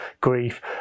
grief